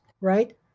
Right